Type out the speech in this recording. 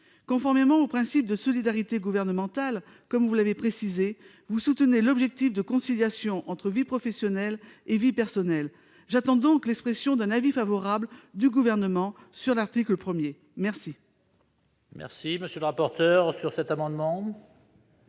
Conformément au principe de solidarité gouvernementale, comme vous l'avez précisé, vous soutenez l'objectif de conciliation entre vie professionnelle et vie personnelle. J'attends donc l'expression d'un avis favorable du Gouvernement sur l'article 1. Quel